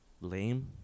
lame